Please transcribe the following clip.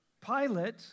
Pilate